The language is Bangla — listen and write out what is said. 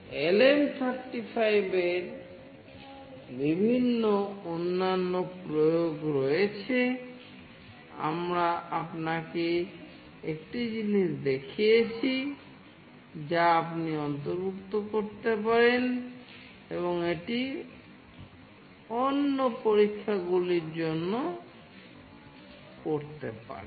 LM35 এর বিভিন্ন অন্যান্য প্রয়োগ রয়েছে আমরা আপনাকে একটি জিনিস দেখিয়েছি যা আপনি অন্তর্ভুক্ত করতে পারেন এবং এটি অন্য পরীক্ষাগুলির জন্য করতে পারেন